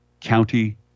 county